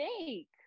make